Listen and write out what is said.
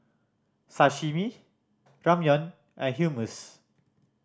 Sashimi Ramyeon and Hummus